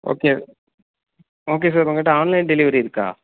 okay okay sir உங்கள்ட online delivery இருக்கா